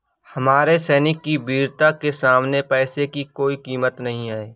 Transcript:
हमारे सैनिक की वीरता के सामने पैसे की कोई कीमत नही है